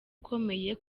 ukomeye